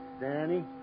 Danny